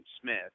Smith